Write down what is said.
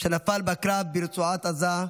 שנפל בקרב ברצועת עזה.